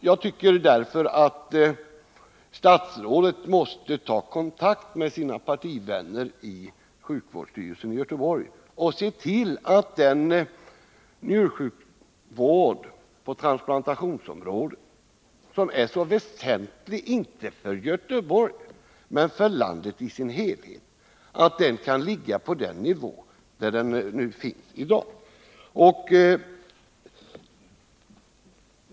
Jag tycker därför att statsrådet måste ta kontakt med sina partivänner i sjukvårdsstyrelsen i Göteborg och se till att den njursjukvård på transplantationsområdet som är så väsentlig, inte bara för Göteborg utan för landet i dess helt, kan ligga kvar på den nivå där den i dag befinner sig.